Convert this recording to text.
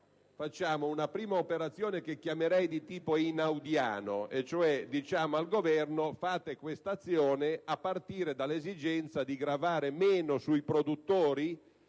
facciamo una prima operazione che chiamerei di tipo einaudiano, cioè diciamo al Governo di fare questa azione di riduzione a partire dall'esigenza di gravare meno sui produttori